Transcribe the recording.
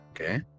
Okay